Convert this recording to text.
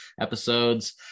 episodes